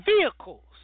vehicles